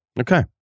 Okay